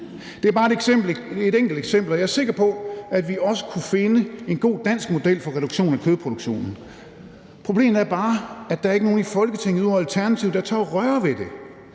Det er bare et enkelt eksempel, og jeg er sikker på, at vi også kunne finde en god dansk model for reduktion af kødproduktionen. Problemet er bare, at der ikke er nogen i Folketinget ud over Alternativet, der tør røre ved det.